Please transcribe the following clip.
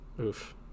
Oof